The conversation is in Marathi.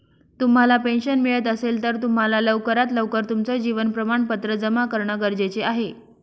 तुम्हाला पेन्शन मिळत असेल, तर तुम्हाला लवकरात लवकर तुमचं जीवन प्रमाणपत्र जमा करणं गरजेचे आहे